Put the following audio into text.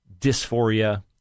dysphoria